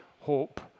hope